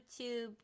YouTube